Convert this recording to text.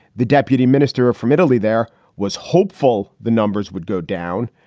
the deputy minister from italy there was hopeful the numbers would go down,